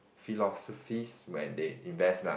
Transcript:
philosophies when they invest lah